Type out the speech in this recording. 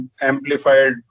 amplified